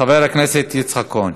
חבר הכנסת יצחק כהן.